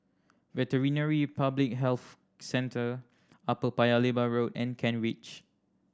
Veterinary Public Health Centre Upper Paya Lebar Road and Kent Ridge